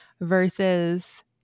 versus